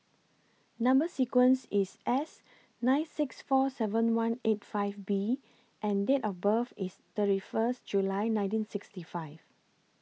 Number sequence IS S nine six four seven one eight five B and Date of birth IS thirty First July nineteen sixty five